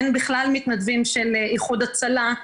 אין בכלל מתנדבים של איחוד הצלה,